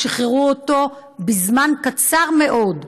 ושיחררו אותו בזמן קצר מאוד.